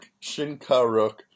Shinkaruk